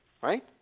Right